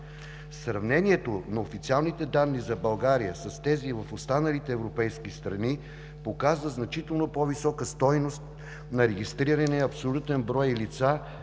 Сравнението на официалните данни за България с тези в останалите европейски страни показва значително по-висока стойност на регистрирания абсолютен брой лица